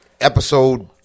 Episode